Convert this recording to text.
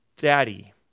Daddy